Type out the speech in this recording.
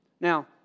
Now